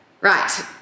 right